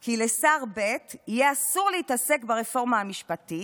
כי לשר ב' יהיה אסור להתעסק ברפורמה המשפטית,